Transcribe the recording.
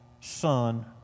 son